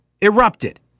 erupted